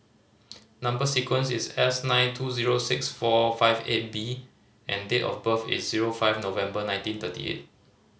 number sequence is S nine two zero six four five eight B and date of birth is zero five November nineteen thirty eight